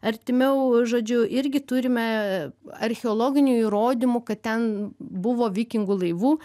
artimiau žodžiu irgi turime archeologinių įrodymų kad ten buvo vikingų laivų